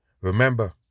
remember